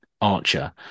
archer